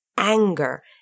anger